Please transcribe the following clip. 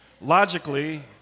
logically